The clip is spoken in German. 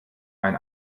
ein